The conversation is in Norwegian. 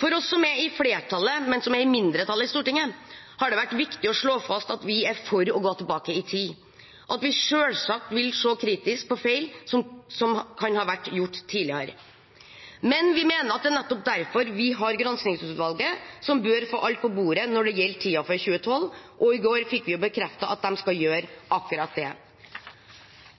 For oss som er i flertallet, men som er i mindretall i Stortinget, har det vært viktig å slå fast at vi er for å gå tilbake i tid, og at vi selvsagt vil se kritisk på feil som kan ha vært gjort tidligere. Vi mener at det er nettopp derfor vi har granskingsutvalget, som bør få alt på bordet når det gjelder tiden før 2012, og i går fikk vi bekreftet at de skal gjøre akkurat det.